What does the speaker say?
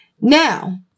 Now